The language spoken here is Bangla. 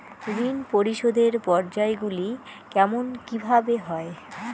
ঋণ পরিশোধের পর্যায়গুলি কেমন কিভাবে হয়?